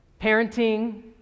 Parenting